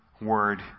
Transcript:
word